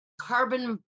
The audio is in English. carbon